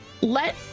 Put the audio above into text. let